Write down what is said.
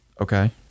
Okay